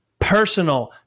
personal